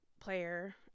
player